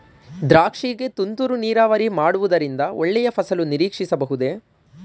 ದ್ರಾಕ್ಷಿ ಗೆ ತುಂತುರು ನೀರಾವರಿ ಮಾಡುವುದರಿಂದ ಒಳ್ಳೆಯ ಫಸಲು ನಿರೀಕ್ಷಿಸಬಹುದೇ?